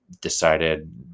decided